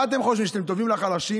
מה אתם חושבים, שאתם טובים לחלשים?